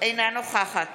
אינה נוכחת